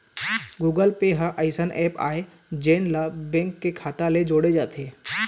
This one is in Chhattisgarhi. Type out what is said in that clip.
गुगल पे ह अइसन ऐप आय जेन ला बेंक के खाता ले जोड़े जाथे